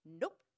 Nope